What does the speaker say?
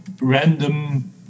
random